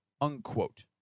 unquote